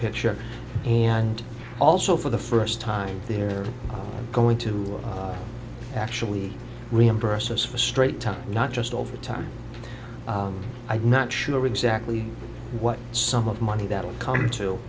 picture and also for the first time they're going to actually reimburse us for straight time not just overtime i'm not sure exactly what sum of money that will come to